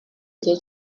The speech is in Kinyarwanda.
igihe